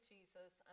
Jesus